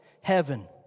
heaven